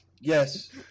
Yes